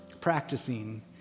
practicing